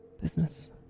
business